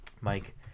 mike